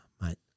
Mate